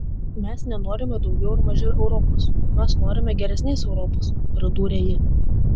mes nenorime daugiau ar mažiau europos mes norime geresnės europos pridūrė ji